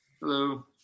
Hello